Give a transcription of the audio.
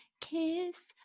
Kiss